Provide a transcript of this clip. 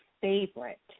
favorite